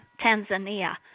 Tanzania